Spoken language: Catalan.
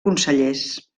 consellers